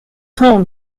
home